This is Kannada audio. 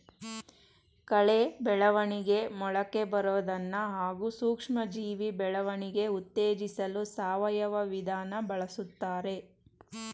ಕಳೆ ಬೆಳವಣಿಗೆ ಮೊಳಕೆಬರೋದನ್ನ ಹಾಗೂ ಸೂಕ್ಷ್ಮಜೀವಿ ಬೆಳವಣಿಗೆ ಉತ್ತೇಜಿಸಲು ಸಾವಯವ ವಿಧಾನ ಬಳುಸ್ತಾರೆ